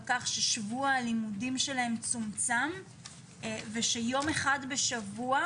כך ששבוע הלימודים שלהם צומצם ושיום אחד בשבוע,